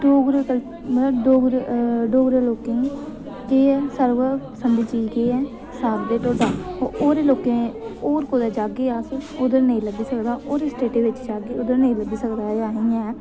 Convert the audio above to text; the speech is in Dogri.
डोगरा मतलब डोगरे डोगरे लोकें गी केह् ऐ सारें कोलां पसंद दी चीज केह् ऐ ओह् ऐ सांग ते ढोड्डा होर लोकें होर कुतै जाह्गे अस्स उद्धर नेई लब्भी सकदा होरें स्टेटें बिच जाह्गे उद्धर नेईं लब्भी सकदा एह् असें गी ऐ